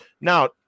Now